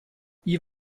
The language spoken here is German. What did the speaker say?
wie